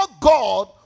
God